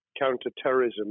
counter-terrorism